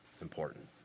Important